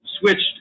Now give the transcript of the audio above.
switched